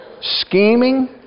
scheming